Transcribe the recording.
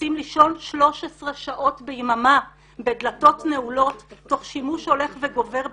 החוסים לישון 13 שעות ביממה בדלתות נעולות תוך שימוש הולך וגובר בתרופות.